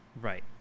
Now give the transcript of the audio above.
Right